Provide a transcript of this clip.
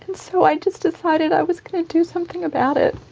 and so i just decided i was going to do something about it.